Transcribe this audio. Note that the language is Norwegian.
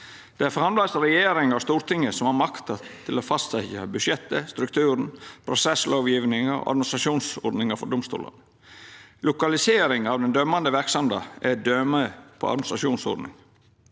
Det er framleis regjeringa og Stortinget som har makta til å fastsetja budsjettet, strukturen, prosesslovgjevinga og administrasjonsord ninga for domstolane. Lokalisering av den dømmande verksemda er eit døme på administrasjonsordning.